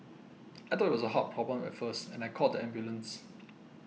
I thought it was a heart problem at first and I called the ambulance